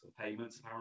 payments